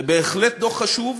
זה בהחלט דוח חשוב,